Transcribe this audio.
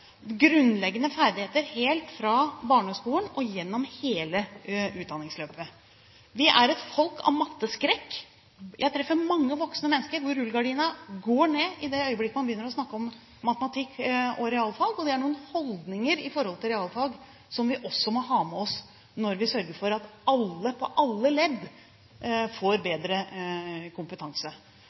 grunnleggende ferdigheter helt fra barneskolen og gjennom hele utdanningsløpet. Vi er et folk av matteskrekk. Jeg treffer mange voksne hvor rullegardinen går ned i det øyeblikk man begynner å snakke om matematikk og realfag, og det er noen holdninger til realfag som vi også må ha med oss når vi sørger for at alle i alle ledd får bedre kompetanse.